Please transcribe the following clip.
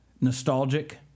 nostalgic